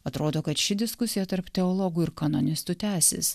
atrodo kad ši diskusija tarp teologų ir kanonistų tęsis